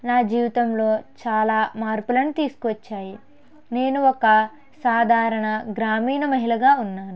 నా జీవితంలో చాలా మార్పులను తీసుకు వచ్చాయి నేను ఒక్క సాధారణ గ్రామీణ మహిళగా ఉన్నాను